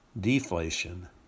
Deflation